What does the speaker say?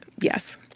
Yes